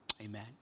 Amen